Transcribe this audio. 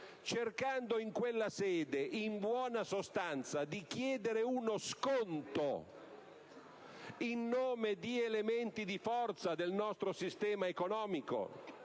cercando in quella sede, in buona sostanza, di chiedere uno sconto - in nome di elementi di forza del nostro sistema economico